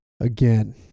Again